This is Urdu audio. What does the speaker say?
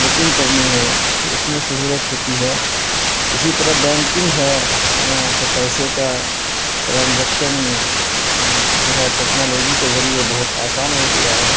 بکنگ کرنی ہو تو اس میں سہولت ہوتی ہے اسی طرح بینکنگ ہے کہ پیسے کا ٹرانجیکشن جو ہے ٹیکنالوجی کے ذریعے بہت آسان ہو گیا ہے